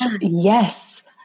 yes